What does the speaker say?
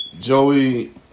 Joey